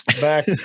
Back